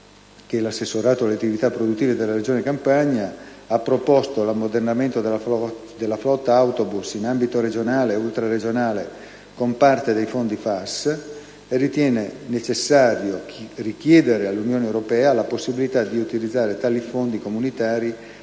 l'assessorato alle attività produttive della Regione Campania ha proposto l'ammodernamento della flotta autobus in ambito regionale e ultraregionale con parte dei fondi FAS, e ritiene necessario richiedere all'Unione europea la possibilità di utilizzare i fondi comunitari